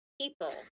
people